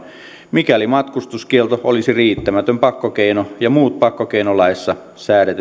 mikäli matkustuskielto olisi riittämätön pakkokeino ja muut pakkokeinolaissa säädetyt edellytykset täyttyisivät